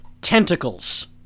Tentacles